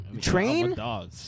Train